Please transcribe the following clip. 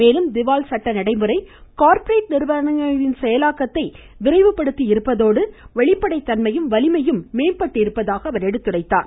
மேலும் திவால் சட்ட நடைமுறை கார்ப்பரேட் நிறுவனங்களின் செயலாக்கத்தை விரைவுபடுத்தியிருப்பதோடு வெளிப்படைத் தன்மையும் வலிமையும் மேம்படுத்தியிருப்பதாக எடுத்துரைத்தார்